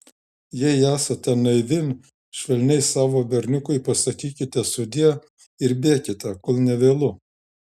jei esate naivi švelniai savo berniukui pasakykite sudie ir bėkite kol nevėlu